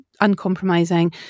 uncompromising